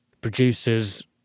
producers